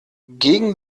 gegen